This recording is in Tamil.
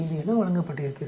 5 என வழங்கப்பட்டிருக்கிறது